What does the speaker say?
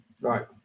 Right